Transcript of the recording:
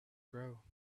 grow